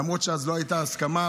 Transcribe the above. למרות שאז לא הייתה הסכמה,